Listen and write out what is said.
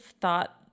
thought